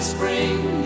Spring